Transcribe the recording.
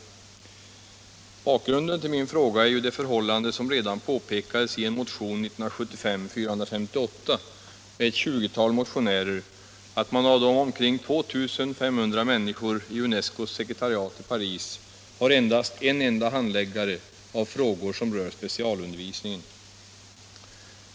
119 Bakgrunden till min fråga är ju det förhållande som redan påpekades i motionen 1975:458 med ett 20-tal undertecknare, att av de omkring 2 500 anställda i UNESCO:s sekretariat i Paris är en enda handläggare av frågor som rör specialundervisningen.